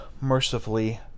mercifully